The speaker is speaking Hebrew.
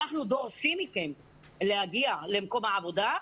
אנחנו דורשים מכם להגיע למקום העבודה.